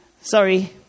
Sorry